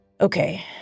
Okay